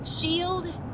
shield